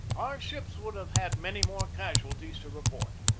our ships would have had many more casualties to report.